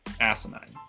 asinine